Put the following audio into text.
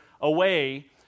away